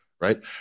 right